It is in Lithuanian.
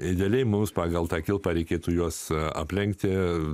idealiai mums pagal tą kilpą reikėtų juos aplenkti